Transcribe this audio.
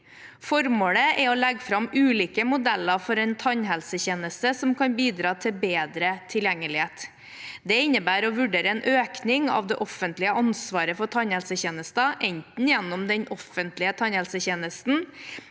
Formålet er å legge fram ulike modeller for en tannhelsetjeneste som kan bidra til bedre tilgjengelighet. Dette innebærer å vurdere en økning av det offentlige ansvaret for tannhelsetjenester, enten gjennom den offentlige tannhelsetjenesten,